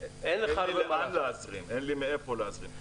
אין לי מאיפה להזרים.